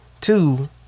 Two